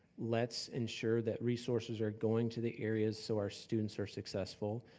let's ensure that resources are going to the areas so our students are successful.